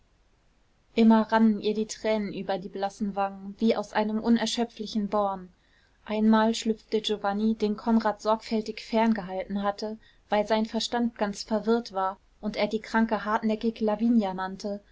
immer rannen ihr die tränen über die blassen wangen wie aus einem unerschöpflichen born einmal schlüpfte giovanni den konrad sorgfältig ferngehalten hatte weil sein verstand ganz verwirrt war und er die kranke hartnäckig lavinia nannte